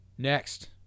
next